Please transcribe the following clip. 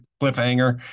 cliffhanger